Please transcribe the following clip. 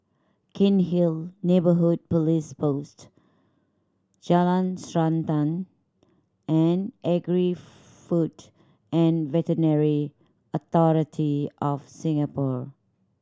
Cairnhill Neighbourhood Police Post Jalan Srantan and Agri Food and Veterinary Authority of Singapore